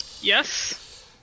Yes